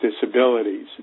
disabilities